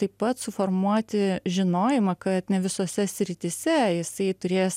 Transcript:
taip pat suformuoti žinojimą kad ne visose srityse jisai turės